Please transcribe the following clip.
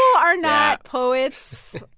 are not poets,